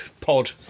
pod